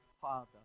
Father